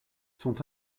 sont